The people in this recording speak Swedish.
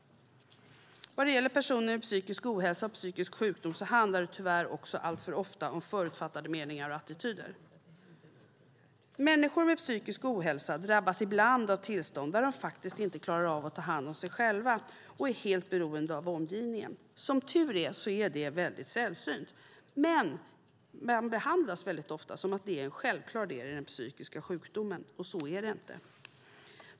När det gäller personer med psykisk ohälsa och psykisk sjukdom handlar tyvärr också alltför ofta om förutfattade meningar och attityder. Människor med psykisk ohälsa drabbas ibland av tillstånd där de faktiskt inte klarar av att ta hand om sig själva utan är helt beroende av omgivningen. Som tur är är det mycket sällsynt. Men de behandlas väldigt ofta som om det är en självklar del i den psykiska sjukdomen, och så är det inte.